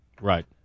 Right